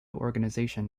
organisation